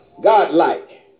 godlike